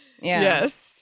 Yes